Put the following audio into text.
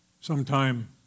Sometime